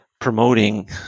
promoting